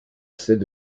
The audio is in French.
celle